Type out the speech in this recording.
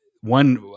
one